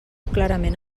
clarament